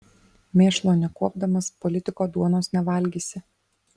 mėšlo nekuopdamas politiko duonos nevalgysi